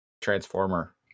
transformer